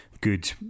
good